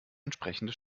entsprechende